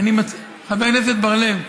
חבר הכנסת בר-לב,